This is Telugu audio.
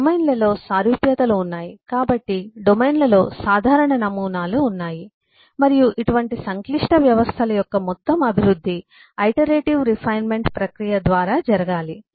డొమైన్లలో సారూప్యతలు ఉన్నాయి కాబట్టి డొమైన్లలో సాధారణ నమూనాలు ఉన్నాయి మరియు ఇటువంటి సంక్లిష్ట వ్యవస్థల యొక్క మొత్తం అభివృద్ధి ఐటరేటివ్ రిఫైన్మెంట్ iterative refinement పునరుక్తి శుద్ధీకరణ ప్రక్రియ ద్వారా జరగాలి